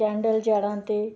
candle ଜାଳନ୍ତି